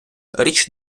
річ